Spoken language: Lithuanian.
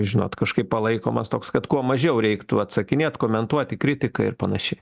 žinot kažkaip palaikomas toks kad kuo mažiau reiktų atsakinėt komentuot į kritiką ir panašiai